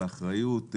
באחריות,